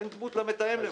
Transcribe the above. אין דמות למתאם למשל.